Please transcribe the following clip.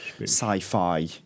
sci-fi